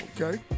okay